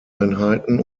einheiten